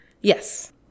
Yes